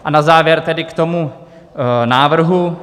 A na závěr tedy k tomu návrhu.